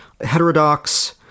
heterodox